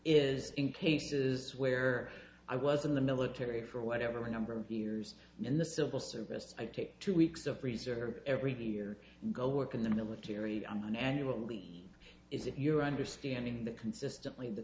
is in cases where i was in the military for whatever number of years in the civil service i take two weeks of reserve every year go work in the military on an annual leave is it your understanding that consistently the